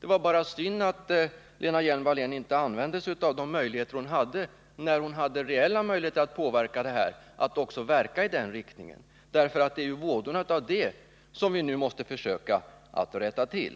Det är bara synd att Lena Hjelm-Wallén inte verkade i den riktningen när hon hade reella möjligheter att göra det. Det är vådorna av den politik som då fördes som vi nu måste försöka rätta till.